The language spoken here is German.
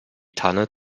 tanne